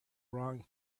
wrong